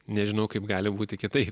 nežinau kaip gali būti kitaip